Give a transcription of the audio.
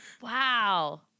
wow